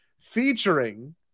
featuring